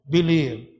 Believe